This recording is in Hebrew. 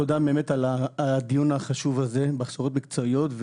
תודה באמת על הדיון החשוב הזה בהכשרות מקצועיות.